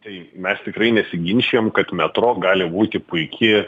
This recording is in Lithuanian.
tai mes tikrai nesiginčijam kad metro gali būti puiki